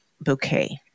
bouquet